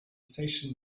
station